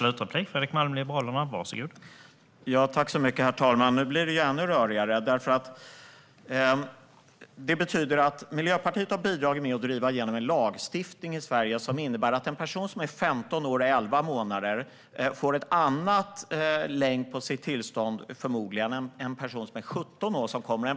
Herr talman! Nu blir det ännu rörigare. Det betyder att Miljöpartiet har bidragit med att driva igenom en lagstiftning i Sverige som innebär att en person som är 15 år och elva månader förmodligen får en annan längd på sitt tillstånd än en person som är 17 år och kommer hit.